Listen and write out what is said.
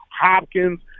Hopkins